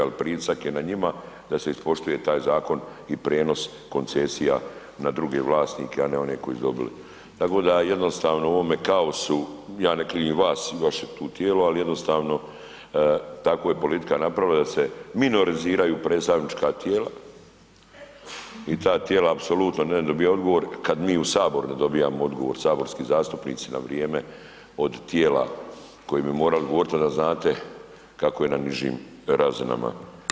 Jel pritisak je na njima da se ispoštuje taj zakon i prijenos koncesija na druge vlasnike, a ne one koji su dobili, tako da jednostavno u ovom kaosu, ja ne krivim vas i vaše tu tijelo, al jednostavno tako je politika napravila da se minoriziraju predstavnička tijela i ta tijela apsolutno ne dobijaju odgovor, kad mi u HS ne dobijamo odgovor, saborski zastupnici na vrijeme od tijela koji bi morali govorit, onda znate kako je na nižim razinama.